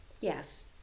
yes